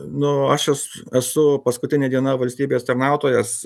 nu aš esu esu paskutinė diena valstybės tarnautojas